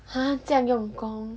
!huh! 这样用功